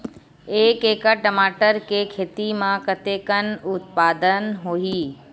एक एकड़ टमाटर के खेती म कतेकन उत्पादन होही?